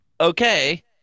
okay